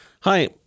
Hi